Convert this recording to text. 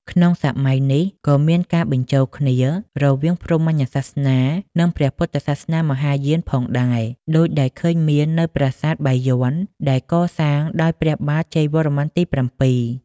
ក្នុងសម័យនេះ ក៏មានការ បញ្ចូលគ្នារវាងព្រហ្មញ្ញសាសនា និងព្រះពុទ្ធសាសនាមហាយានផងដែរ ដូចដែលឃើញមាននៅប្រាសាទបាយ័នដែលកសាងដោយព្រះបាទជ័យវរ្ម័នទី ៧។